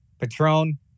Patron